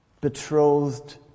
betrothed